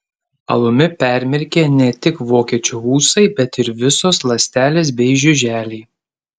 alumi permirkę ne tik vokiečio ūsai bet ir visos ląstelės bei žiuželiai